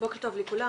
בוקר טוב לכולם.